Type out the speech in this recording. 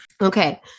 Okay